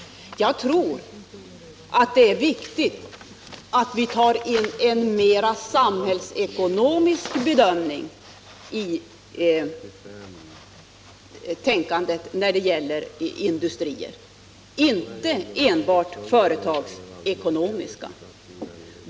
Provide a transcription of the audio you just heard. Jag tror det är viktigt att vi också gör en mer samhällsekonomisk bedömning och inkluderar denna i vårt tänkande när det gäller industrier och således inte enbart tar hänsyn till de företagsekonomiska skälen.